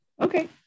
Okay